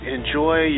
Enjoy